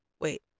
Wait